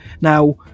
Now